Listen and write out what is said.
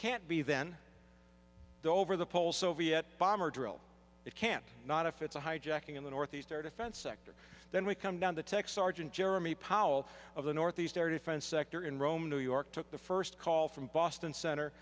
can't be then the over the pole soviet bomber drill it can't not if it's a hijacking in the northeast air defense sector then we come down the tech sergeant jeremy powell of the northeast air defense sector in rome new york took the first call from boston cent